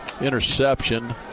interception